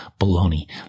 Baloney